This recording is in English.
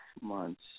months